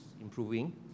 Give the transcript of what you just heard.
improving